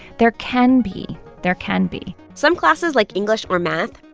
there can be. there can be some classes like english or math,